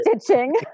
stitching